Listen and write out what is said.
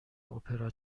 اپرا